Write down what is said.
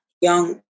young